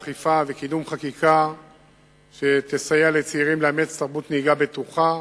באכיפה ובקידום חקיקה שתסייע לצעירים לאמץ תרבות נהיגה בטוחה